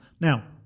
Now